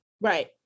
Right